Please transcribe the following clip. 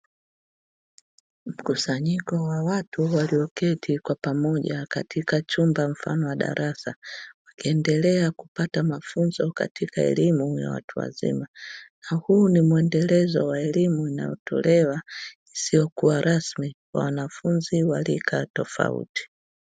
Mkusanyiko wa watu walio keti kwa pamoja katika chumba mfano wa darasa, wakiendelea kupata mafunzo katika elimu ya watu wazima, na huu ni mwendelezo wa elimu inayotolewa isiyokuwa rasmi kwa wanafunzi wa rika tofauti.